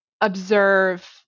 observe